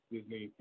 Disney